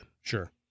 Sure